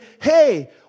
hey